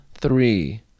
three